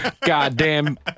Goddamn